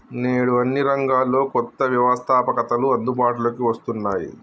నేడు అన్ని రంగాల్లో కొత్త వ్యవస్తాపకతలు అందుబాటులోకి వస్తున్నాయి